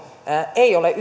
ei ole